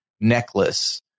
necklace